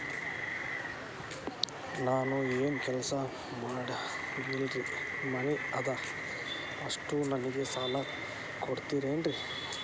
ನಾನು ಏನು ಕೆಲಸ ಮಾಡಂಗಿಲ್ರಿ ಮನಿ ಅದ ಅಷ್ಟ ನನಗೆ ಸಾಲ ಕೊಡ್ತಿರೇನ್ರಿ?